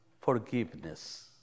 forgiveness